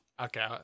Okay